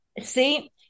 see